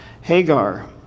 Hagar